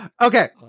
okay